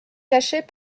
cachets